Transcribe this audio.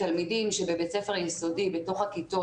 תלמידים שבבית ספר יסודי בתוך הכיתות